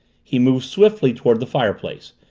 he moved swiftly toward the fireplace,